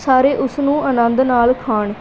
ਸਾਰੇ ਉਸ ਨੂੰ ਆਨੰਦ ਨਾਲ ਖਾਣ